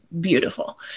beautiful